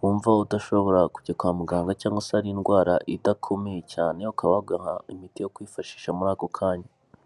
wumva udashobora kujya kwa muganga cyangwa se ari indwara idakomeye cyane, ukaba wagura imiti yo kwifashisha muri ako kanya.